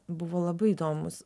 buvo labai įdomūs